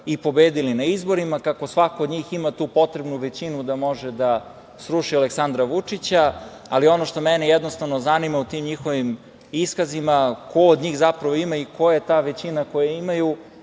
i pobedili na izborima, kako svako od njih ima tu potrebnu većinu da može da sruši Aleksandra Vučića, ali ono što mene jednostavno zanima u tim njihovim iskazima, ko on njih zapravo ima i koja je to većina koju imaju,